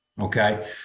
Okay